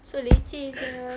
so leceh sia